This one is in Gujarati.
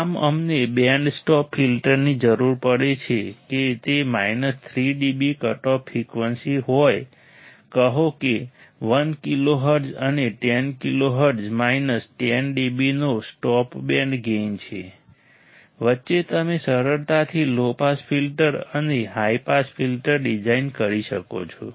આમ અમને બેન્ડ સ્ટોપ ફિલ્ટરની જરૂર પડે છે કે તે માઈનસ 3 dB કટઓફ ફ્રિકવન્સી હોય કહો કે 1 કિલો હર્ટ્ઝ અને 10 કિલો હર્ટ્ઝ માઈનસ 10 dB નો સ્ટોપ બેન્ડ ગેઈન છે વચ્ચે તમે સરળતાથી લો પાસ ફિલ્ટર અને હાઈ પાસ ફિલ્ટર ડિઝાઇન કરી શકો છો